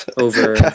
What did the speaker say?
over